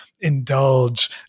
indulge